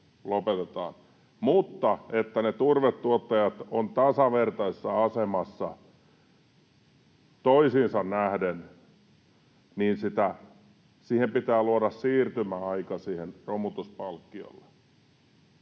mutta jotta ne turvetuottajat ovat tasavertaisessa asemassa toisiinsa nähden, pitää luoda siirtymäaika sille romutuspalkkiolle.